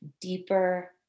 deeper